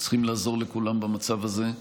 צריכים לעזור לכולם במצב הזה,